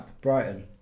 Brighton